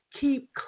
keep